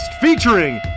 featuring